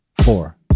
four